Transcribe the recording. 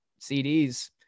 CDs